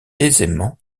aisément